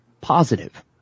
positive